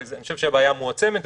אני חושב שהבעיה מועצמת,